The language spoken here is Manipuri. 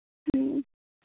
ꯎꯝ